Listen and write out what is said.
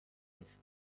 pursue